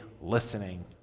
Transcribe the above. listening